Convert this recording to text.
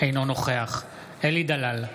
אינו נוכח אלי דלל,